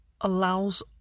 allows